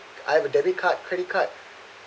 I have a debit card credit card